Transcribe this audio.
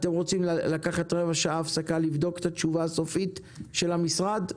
אתם רוצים לצאת להפסקה של רבע שעה ולבדוק את התשובה הסופית של המשרד?